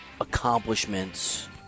accomplishments